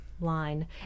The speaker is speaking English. line